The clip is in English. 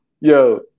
yo